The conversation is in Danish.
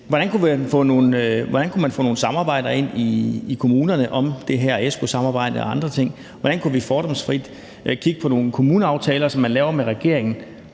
Hvordan kunne man få nogle samarbejder ind i kommunerne om det her Espoosamarbejde og andre ting? Hvordan kunne vi fordomsfrit kigge på nogle kommuneaftaler, man laver med regeringen,